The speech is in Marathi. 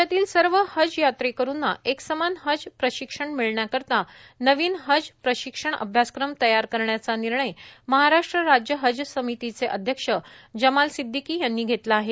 राज्यातील सर्व हज यात्रेकरूंना एकसमान हज प्रशिक्षण मिळण्याकरिता नवीन हज प्रशिक्षण अभ्यासक्रम तयार करण्याचा निर्णय महाराष्ट्र राज्य हज समितीचे अध्यक्ष जमाल सिददीकी यांनी घेतला आहे